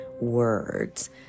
words